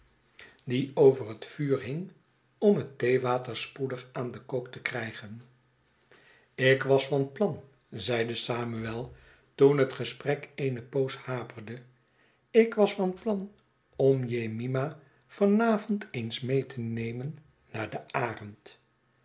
die over het vuur hing om het theewater spoedig aan den kook te krijgen ik was van plan zeide samuel toen het gesprek eene poos haperde ik was van plan om jemima van avond eens mee te nemen naar de arend